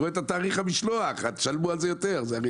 ותשלמו על זה יותר.